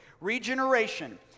Regeneration